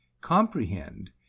Comprehend